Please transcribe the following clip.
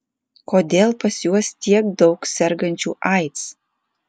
kodėl pas juos tiek daug sergančių aids